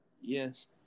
Yes